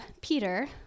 Peter